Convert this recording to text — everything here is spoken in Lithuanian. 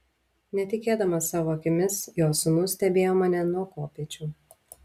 netikėdamas savo akimis jo sūnus stebėjo mane nuo kopėčių